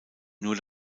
nur